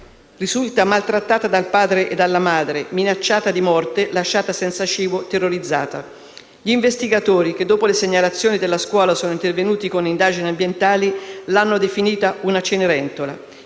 Risulta maltrattata dal padre e dalla madre, minacciata di morte, lasciata senza cibo e terrorizzata. Gli investigatori, che dopo le segnalazioni della scuola sono intervenuti con indagini ambientali, l'hanno definita una Cenerentola.